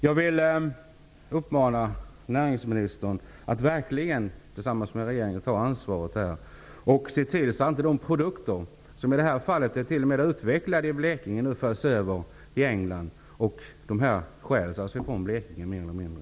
Jag vill uppmana näringsministern att tillsammans med regeringen verkligen ta ansvar och se till så att de produkter som i detta fall t.o.m. utvecklats i Blekinge inte förs över till England. De kommer annars att mer eller mindre stjälas från Blekinge.